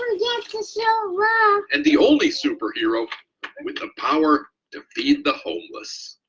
um and the only superhero with the power to feed the homeless.